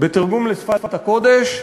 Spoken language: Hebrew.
בתרגום לשפת הקודש: